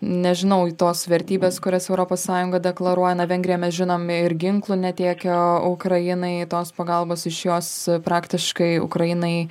nežinau tos vertybės kurias europos sąjunga deklaruoja na vengrija mes žinome ir ginklų netiekia ukrainai tos pagalbos iš jos praktiškai ukrainai